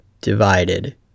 divided